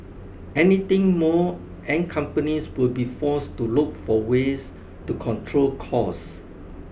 anything more and companies will be forced to look for ways to control costs